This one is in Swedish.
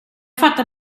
fattar